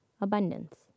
abundance